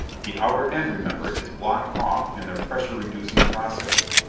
the outer end, remember, is blocked off in their pressure-reducing process.